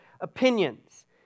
opinions